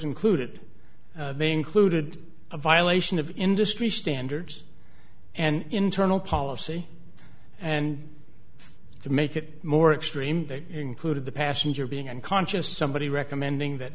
included they included a violation of industry standards and internal policy and to make it more extreme that included the passenger being unconscious somebody recommending that